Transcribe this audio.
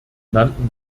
nannten